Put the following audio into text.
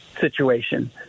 situation